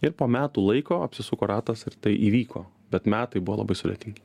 ir po metų laiko apsisuko ratas ir tai įvyko bet metai buvo labai sudėtingi